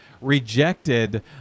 rejected